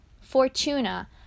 Fortuna